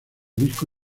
disco